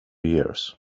ears